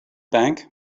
bank